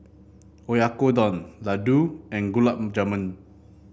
Oyakodon Ladoo and Gulab Jamun